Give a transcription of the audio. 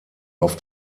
auf